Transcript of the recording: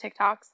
TikToks